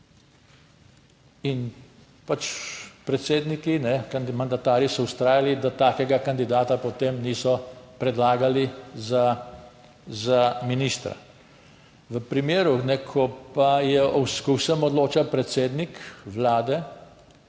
in pač predsedniki, mandatarji so vztrajali, da takega kandidata potem niso predlagali za ministra. V primeru, ko pa je, ko o vsem odloča predsednik vlade,